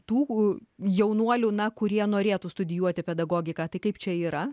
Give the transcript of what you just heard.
tų jaunuolių na kurie norėtų studijuoti pedagogiką tai kaip čia yra